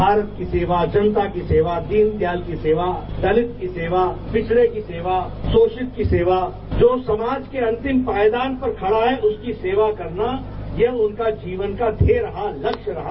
भारत की सेवा जनता की सेवा दीनदयाल की सेवा दलित की सेवा पिछडे की सेवा शोषित की सेवा जो समाज के अंतिम पायदान पर खडा है उसकी सेवा करना यह उनके जीवन का ध्येय रहा लक्ष्य रहा